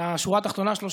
שהשורה התחתונה שלו,